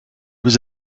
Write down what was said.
was